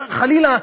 חלילה,